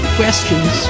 questions